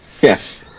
yes